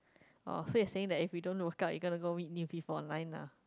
oh so you saying that if we don't lock up we gonna go meet new people online lah